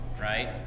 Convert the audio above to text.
right